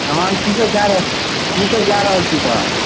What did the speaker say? तखन कीसभ कए रहल कीसभ कए रहल छी तखन